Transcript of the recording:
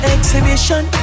Exhibition